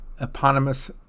eponymous